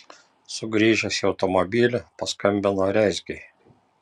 sugrįžęs į automobilį paskambino rezgiui